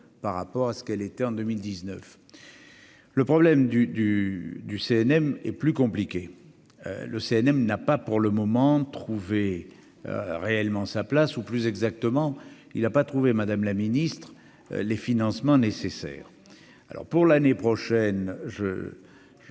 par rapport à ce qu'elle était en 2019. Le problème du du du CNM est plus compliqué le CNM n'a pas pour le moment trouver réellement sa place ou plus exactement il a pas trouvé, Madame la Ministre, les financements nécessaires, alors pour l'année prochaine je